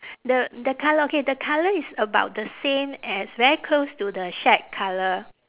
the the colour okay the colour is about the same as very close to the shack colour